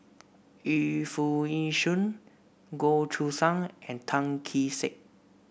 Yu Foo Yee Shoon Goh Choo San and Tan Kee Sek